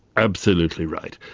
absolutely right.